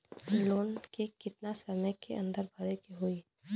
Loan के कितना समय के अंदर भरे के होई?